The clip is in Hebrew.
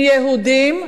לא, גם עובדים, הם יהודים.